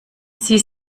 sie